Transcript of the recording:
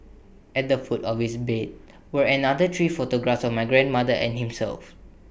at the foot of his bed were another three photographs of my grandmother and himself